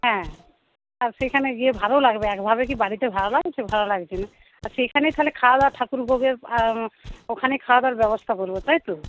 হ্যাঁ আর সেখানে গিয়ে ভালো লাগবে একভাবে কি বাড়িতে ভালো লাগছে ভালো লাগছে না তা সেইখানে তাহলে খাওয়াদাওয়া ঠাকুরভোগের ওখানে খাওয়াদাওয়ার ব্যবস্থা করবো তাই তো